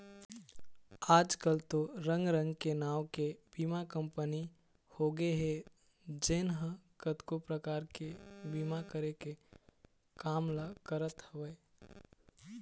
आजकल तो रंग रंग के नांव के बीमा कंपनी होगे हे जेन ह कतको परकार के बीमा करे के काम ल करत हवय